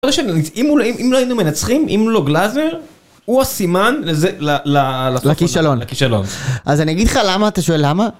אם אולי אם לא היינו מנצחים אם לא גלזר הוא הסימן לכישלון אז אני אגיד לך למה אתה שואל למה.